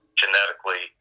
genetically